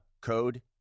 code